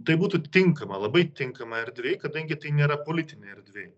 tai būtų tinkama labai tinkama erdvė kadangi tai nėra politinė erdvė